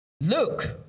Luke